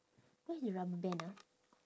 where's the rubber band ah